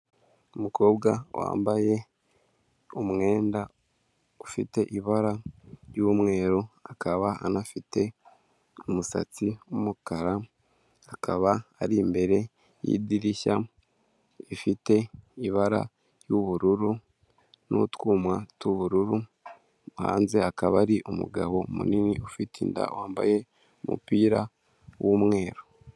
Umukobwa wambaye umwenda ufite ibara ry'umweru, akaba anafite umusatsi w'umukara, akaba ari imbere y'idirishya rifite ibara ry'ubururu n'utwuma tw'ubururu, hanze hakaba hari umugabo munini ufite inda wambaye umupira w'umweru.